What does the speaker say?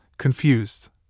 Confused